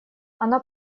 она